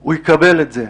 הוא יקבל את זה.